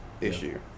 issue